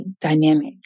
dynamic